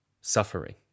suffering